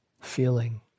feeling